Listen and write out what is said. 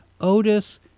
Otis